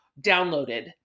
downloaded